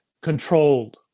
controlled